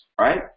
right